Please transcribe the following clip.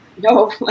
no